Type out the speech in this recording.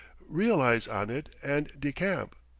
realize on it, and decamp.